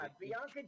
Bianca